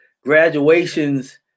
graduations